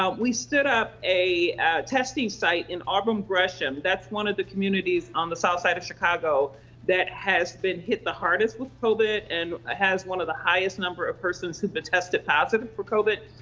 um we stood up a testing site in auburn gresham. that's one of the communities on the south side of chicago that has been hit the hardest with covid and ah has one of the highest number of persons who've been tested positive for covid.